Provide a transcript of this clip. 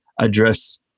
address